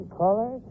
color